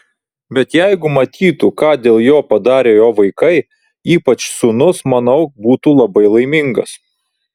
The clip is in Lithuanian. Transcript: bet jeigu matytų ką dėl jo padarė jo vaikai ypač sūnus manau būtų labai laimingas